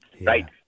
right